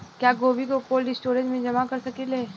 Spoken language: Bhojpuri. क्या गोभी को कोल्ड स्टोरेज में जमा कर सकिले?